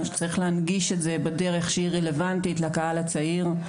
צריך להנגיש את זה בדרך שהיא רלוונטית לקהל הצעיר,